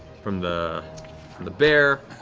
from the the bear.